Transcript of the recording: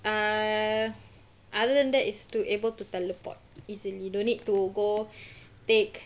err other than that is to able to teleport easily don't need to go take